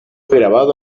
grabado